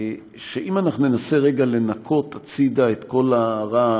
שאם אנחנו ננסה רגע לנקות הצידה את כל הרעש